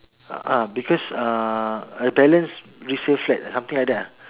ah because uh a balance resale flat something like that lah